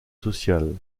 sociales